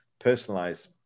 personalize